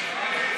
אלהרר,